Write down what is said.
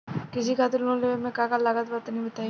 कृषि खातिर लोन लेवे मे का का लागत बा तनि बताईं?